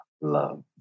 love